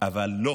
אבל לא